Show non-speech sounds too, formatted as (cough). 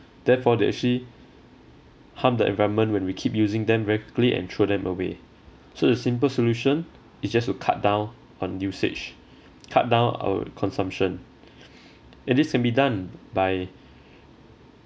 therefore they actually harm the environment when we keep using them erratically and throw them away so the simple solution is just to cut down on usage cut down our consumption (breath) and this can be done by